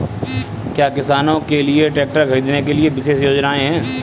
क्या किसानों के लिए ट्रैक्टर खरीदने के लिए विशेष योजनाएं हैं?